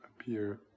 appear